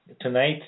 Tonight